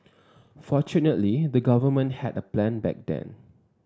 fortunately the government had a plan back then